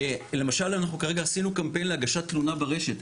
למשל אנחנו עשינו כרגע קמפיין להגשת תלונה ברשת.